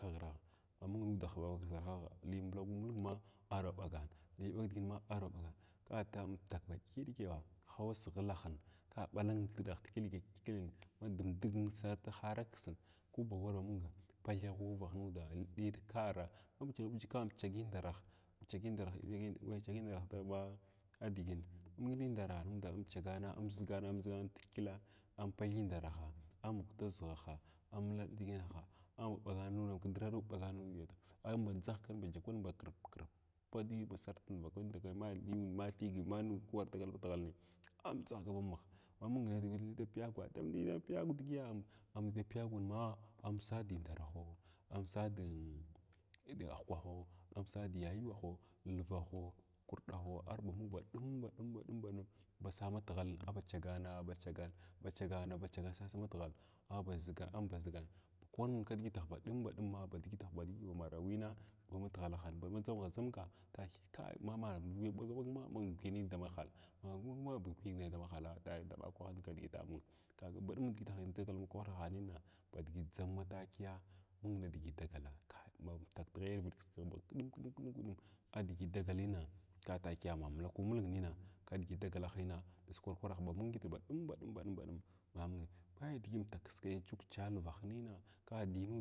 Baghra mamung nudah barjarghah limulka mulg ma arba ɓagan liɓag diʒinma arba ɓagan ka ta amtuk bu ɗiki-ɗiki- hawa siʒhilahna ka ɓala umdirgah ti tikyəlm ma dmm dug sartu hara ksin kubawar ta munga bahya ghurah inda ɗivit tkagra agujanja ka amchagindarah amchagindrah amehgindara daba ɓa digin mung nindra ammda amchagam amʒugana aʒyaona tkyəla am bathyən duraha amghuda ʒghala amlaba diginaha amba ɓaganuram kdraru ɓaganin ambadʒahsin byakwanun ba krɓ krɓan digi ba sartin vukwan da kunni mai yuwa mai thyəgi mai nakwar dagal damatghalai amdahga ba ha ma mung nin li da piyagwn damdai da puyag digiya amdni da piyagun digimaa amsas dindarhho, amsas dahwkaho, amsas diyayuwaho, invghaho, kurɗahoo arba mung ba ɗum baɗumma baɗumma basas balghalin aba chagan ba chagang aba chang ba chang sasda hatghal abaʒigan auba ʒigan bu kwan kdigituh baɗum baɗumma ba digituh ba marwins kw matighalahin na ba dʒamghant dʒanga takiya mama gwuya ɓagaɓagma ma mung dinuram damahal ma gwighu gwig da mahala daidaɓa kwahin kidigila amung kgga dum kwah kidigita dagul ma kwahahins ba diʒi dʒama takiya mung nidiʒi dagals kai amtwu tighayarviɗ kiskai ba kɗum kɗum kɗum adigi dagaling ka takiya ma mulakn mulg nina kidiga dagalahina baʒ kwarkwarahina mung digi badum badum ma mung mai nidiʒi amtaksikai tugu chalvahaa ka dinud